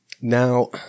Now